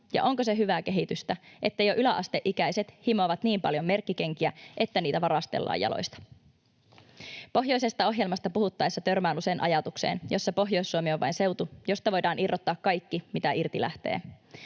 Ja onko se hyvää kehitystä, että jo yläasteikäiset himoavat niin paljon merkkikenkiä, että niitä varastellaan jaloista? Pohjoisesta ohjelmasta puhuttaessa törmään usein ajatukseen, jossa Pohjois-Suomi on vain seutu, josta voidaan irrottaa kaikki, mitä irti lähtee.